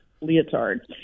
leotard